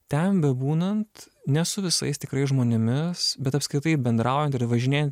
ten bebūnant ne su visais tikrai žmonėmis bet apskritai bendraujant ir važinėjant